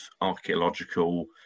archaeological